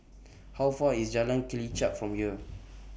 How Far IS Jalan Kelichap from here